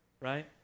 right